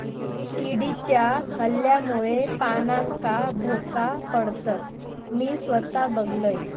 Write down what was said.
किडीच्या हल्ल्यामुळे पानांका भोका पडतत, मी स्वता बघलंय